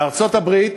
בארצות-הברית,